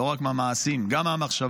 לא רק מהמעשים, גם מהמחשבה,